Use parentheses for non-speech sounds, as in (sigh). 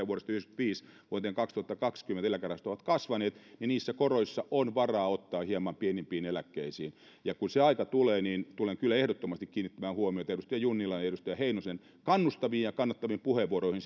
(unintelligible) vuodesta tuhatyhdeksänsataayhdeksänkymmentäviisi vuoteen kaksituhattakaksikymmentä eläkerahastot ovat kasvaneet on varaa ottaa hieman pienimpiin eläkkeisiin kun se aika tulee niin tulen kyllä ehdottomasti kiinnittämään huomiota edustaja junnilan ja edustaja heinosen kannustaviin ja kannattaviin puheenvuoroihin (unintelligible)